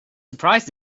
surprised